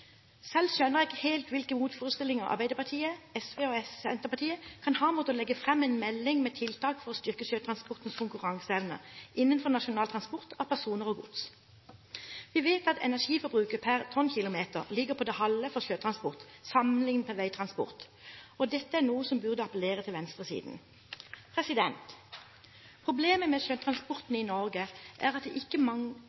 Selv skjønner jeg ikke helt hvilke motforestillinger Arbeiderpartiet, SV og Senterpartiet kan ha mot å legge fram en melding med tiltak for å styrke sjøtransportens konkurranseevne innenfor nasjonal transport av personer og gods. Vi vet at energiforbruket per tonnkilometer ligger på det halve for sjøtransport sammenliknet med veitransport, og dette er noe som burde appellere til venstresiden. Problemet med